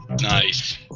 Nice